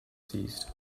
seized